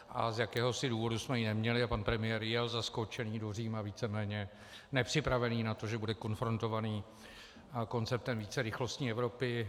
Z jakéhosi důvodu jsme ji neměli a pan premiér jel zaskočený do Říma víceméně nepřipravený na to, že bude konfrontovaný konceptem vícerychlostní Evropy.